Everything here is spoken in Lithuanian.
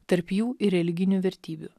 tarp jų ir religinių vertybių